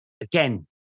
Again